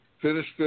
finished